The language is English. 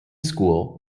school